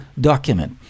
document